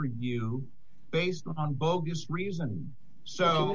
review based on bogus reason so